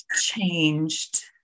changed